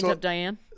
Diane